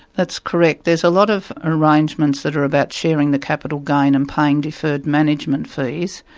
that's correct. there's a lot of arrangements that are about sharing the capital gain and paying deferred management fees,